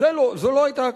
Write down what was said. זו לא היתה הכוונה.